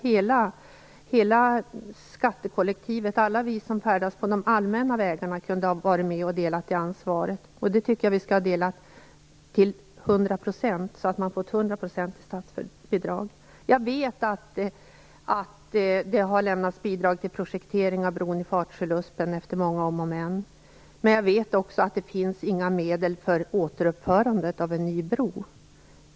Hela skattekollektivet, alla vi som färdas på de allmänna vägarna, kunde ha varit med och delat det ansvaret till hundra procent så att man hade fått hundra procent i statsbidrag. Jag vet att det efter många om och men har lämnats bidrag till projektering av bron vid Fatsjöluspen. Men jag vet också att det inte finns några medel för återuppförandet av en ny bro.